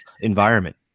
environment